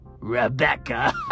Rebecca